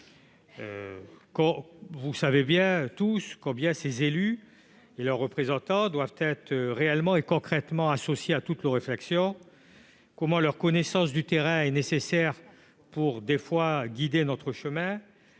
Vous savez tous que ces élus et leurs représentants doivent être réellement et concrètement associés à toutes nos réflexions, et combien leur connaissance du terrain est nécessaire pour nous guider.